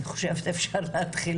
אני חושבת שאפשר להתחיל משם.